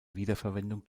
wiederverwendung